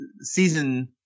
season